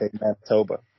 Manitoba